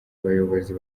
abayobozi